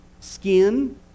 skin